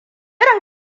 irin